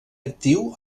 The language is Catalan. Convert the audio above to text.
actiu